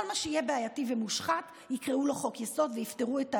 כל מה שיהיה בעייתי ומושחת יקראו לו "חוק-יסוד" ויפתרו את האירוע,